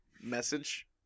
message